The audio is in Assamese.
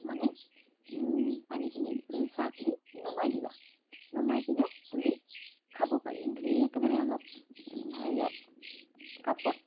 মানে পানীখিনি চাহখিনি নমাই দিবা নমাই পিনে তুমি খাব পাৰি ধুনীয়াকৈ মানে অলপ হেৰিয়াত কাপত